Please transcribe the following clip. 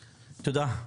תודה.